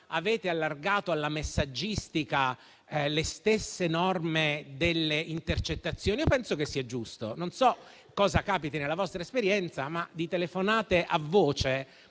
state allargate alla messaggistica le stesse norme delle intercettazioni. Penso che sia giusto. Non so cosa capiti nella vostra esperienza, ma di telefonate a voce